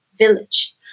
village